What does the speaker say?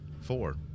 Four